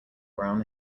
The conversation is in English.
brown